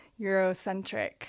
Eurocentric